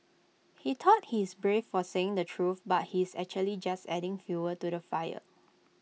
he thought he's brave for saying the truth but he's actually just adding fuel to the fire